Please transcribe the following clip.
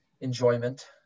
enjoyment